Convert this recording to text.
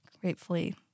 gratefully